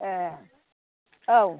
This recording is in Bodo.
ए औ